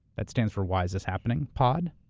that stands for, why is this happening, pod.